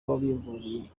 wabimburiye